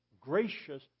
gracious